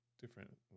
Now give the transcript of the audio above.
different